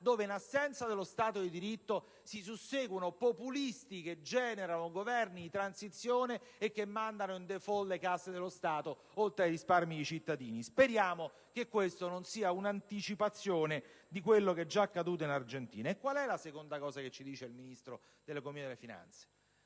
dove, in assenza dello Stato di diritto, si susseguono populisti che generano Governi di transizione e che mandano in *default* le casse dello Stato, oltre ai risparmi dei cittadini. Speriamo che questa non sia un'anticipazione di quello che è già accaduto in Argentina. La seconda cosa che ci dice il Ministro dell'economia e delle finanze